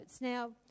Now